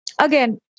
again